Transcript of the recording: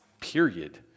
period